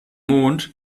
mond